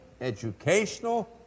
educational